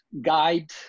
guide